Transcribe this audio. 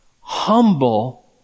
humble